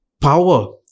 power